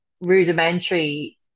rudimentary